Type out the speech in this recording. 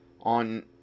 on